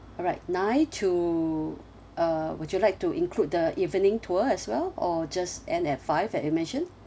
alright nine to uh would you like to include the evening tour as well or just end at five like you mentioned